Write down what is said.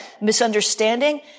misunderstanding